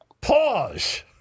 pause